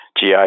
GI